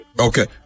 Okay